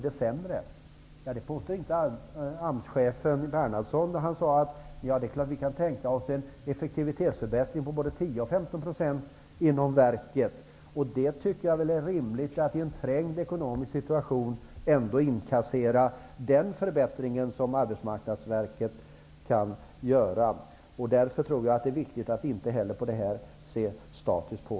Det påstod inte AMS-chefen Bernhardsson. Han sade att man kunde tänka sig en effektivitetsförbättring på både Jag tycker att det är rimligt att i en trängd ekonomisk situation inkassera denna förbättring som Arbetsmarknadsverket kan göra. Det är viktigt att inte heller i denna fråga ha en statisk syn.